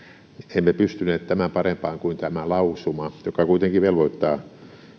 emme pystyneet tämän parempaan kuin tämä lausuma joka kuitenkin velvoittaa